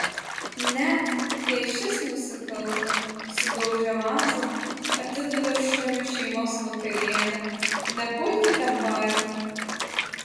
net jei šis nusikalto sudaužė vazą atidavė šuniui šeimos vakarienę nepulkite barti